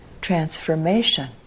transformation